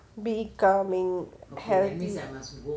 becoming healthy